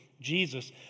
Jesus